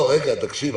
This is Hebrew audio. תקשיב,